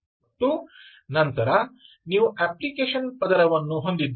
ಮತ್ತು ನಂತರ ನೀವು ಅಪ್ಲಿಕೇಶನ್ ಪದರವನ್ನು ಹೊಂದಿದ್ದೀರಿ